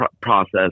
process